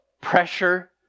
pressure